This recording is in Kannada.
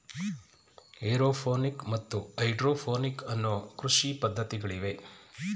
ಏರೋಪೋನಿಕ್ ಮತ್ತು ಹೈಡ್ರೋಪೋನಿಕ್ ಅನ್ನೂ ಕೃಷಿ ಪದ್ಧತಿಗಳಿವೆ